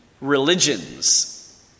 religions